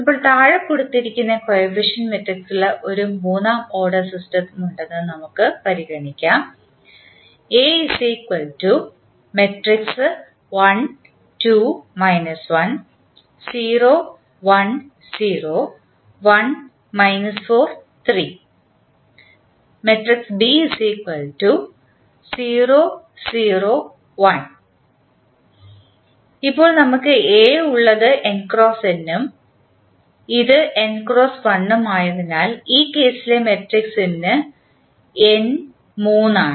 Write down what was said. ഇപ്പോൾ താഴെ കൊടുത്തിരിക്കുന്ന കോയഫിഷ്യന്റ് മെട്രിക്സുള്ള ഒരു മൂന്നാം ഓർഡർ സിസ്റ്റം ഉണ്ടെന്ന് നമുക്ക് പരിഗണിക്കാം ഇപ്പോൾ നമുക്ക് A ഉള്ളത് n x n ഉം ഇത് n x 1 ഉം ആയതിനാൽ ഈ കേസിലെ മാട്രിക്സ് ൻറെ n 3 ആണ്